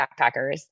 backpackers